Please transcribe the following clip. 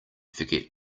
forget